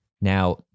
now